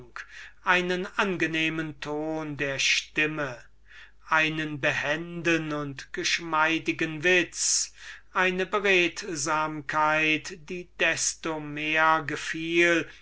einen angenehmen ton der stimme einen behenden und geschmeidigen witz und eine beredsamkeit die desto mehr gefiel